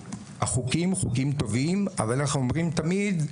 החוקים הם חוקים טובים, אבל אנחנו אומרים תמיד,